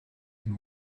and